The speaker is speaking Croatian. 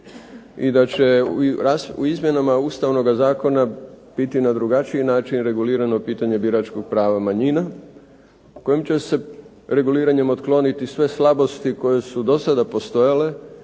i da će u izmjenama Ustavnoga zakona biti na drugačiji način regulirano pitanje biračkog prava manjina, kojim će se reguliranjem otkloniti sve slabosti koje su do sada postojale